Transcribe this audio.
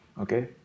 okay